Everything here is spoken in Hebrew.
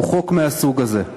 הוא חוק מהסוג הזה.